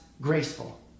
graceful